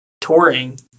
touring